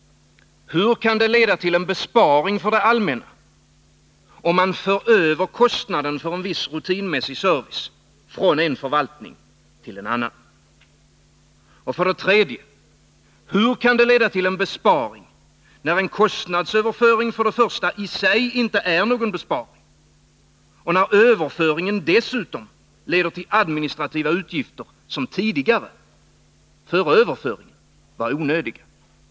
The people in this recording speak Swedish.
Hur kan det leda till en besparing för det allmänna, om man för över kostnaden för en viss rutinmässig service från en förvaltning till en annan? 3. Hur kan det leda till en besparing, när för det första en kostnadsöverföring inte i sig är någon besparing och för det andra överföringen dessutom leder till administrativa utgifter som tidigare — före överföringen — var onödiga?